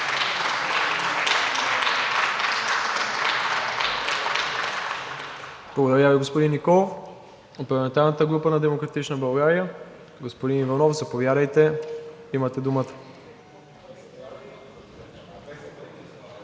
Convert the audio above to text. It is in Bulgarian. Благодаря Ви, господин Николов. От парламентарната група на „Демократична България“ – господин Иванов, заповядайте. Имате думата.